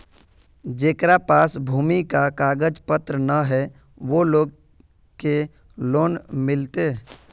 जेकरा पास भूमि का कागज पत्र न है वो लोग के लोन मिलते?